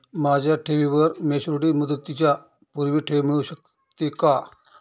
माझ्या ठेवीवर मॅच्युरिटी मुदतीच्या पूर्वी ठेव मिळू शकते का?